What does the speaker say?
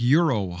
Euro